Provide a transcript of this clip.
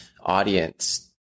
audience